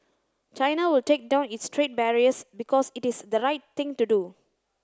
China will take down its trade barriers because it is the right thing to do